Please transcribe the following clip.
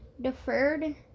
deferred